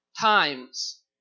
times